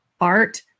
art